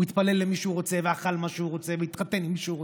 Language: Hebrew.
הוא התפלל למי שהוא רוצה ואכל מה שהוא רוצה והתחתן עם מי שהוא רוצה.